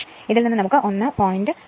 ഇതിൽ നിന്നും നമുക്ക് 1